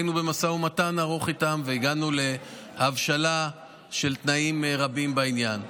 היינו במשא ומתן ארוך איתם והגענו להבשלה של תנאים רבים בעניין.